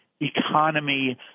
Economy